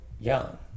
young